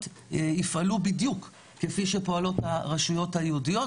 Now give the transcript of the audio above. יפעלו בדיוק כפי שפועלות הרשויות היהודיות,